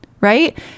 Right